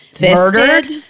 murdered